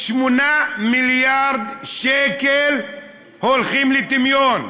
8 מיליארד שקל הולכים לטמיון.